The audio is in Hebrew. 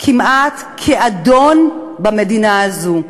כמעט כאדון במדינה הזאת,